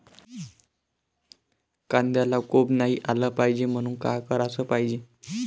कांद्याला कोंब नाई आलं पायजे म्हनून का कराच पायजे?